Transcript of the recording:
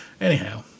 Anyhow